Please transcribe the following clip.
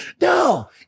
No